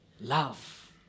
love